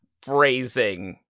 phrasing